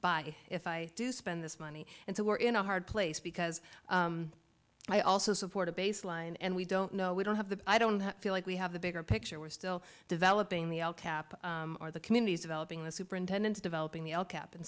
buy if i do spend this money and so we're in a hard place because i also support a baseline and we don't know we don't have the i don't feel like we have the bigger picture we're still developing the cap or the communities developing the superintendence developing the